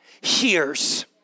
hears